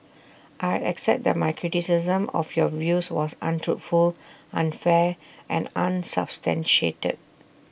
I accept that my criticism of your views was untruthful unfair and unsubstantiated